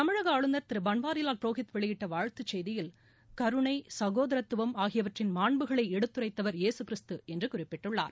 தமிழக ஆளுநர் திரு பன்வாரிவால் புரோஹித் வெளியிட்ட வாழ்த்து செய்தியில் கருணை ச்கோதரத்துவம் ஆகியவற்றின் மாண்புகளை எடுத்துரைத்தவர் இயேசு கிறிஸ்து என்று குறிப்பிட்டுள்ளார்